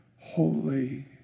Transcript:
holy